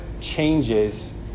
changes